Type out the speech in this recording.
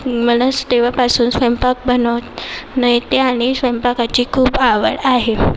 मला तेव्हापासून स्वयंपाक बनवणे येते आणि स्वयंपाकाची खूप आवड आहे